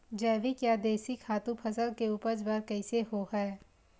जैविक या देशी खातु फसल के उपज बर कइसे होहय?